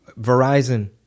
Verizon